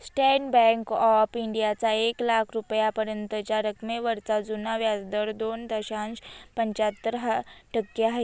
state bank of इंडियाचा एक लाख रुपयांपर्यंतच्या रकमेवरचा जुना व्याजदर दोन दशांश पंच्याहत्तर टक्के आहे